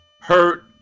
hurt